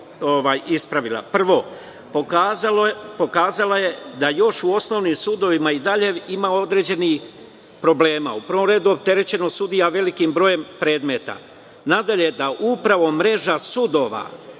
ispravila. Prvo, pokazala je da još u osnovnim sudovima ima određenih problema. U prvom redu opterećenost sudija velikim brojem predmeta, da mreža sudova